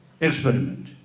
experiment